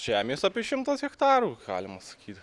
žemės apie šimtas hektarų galima sakyti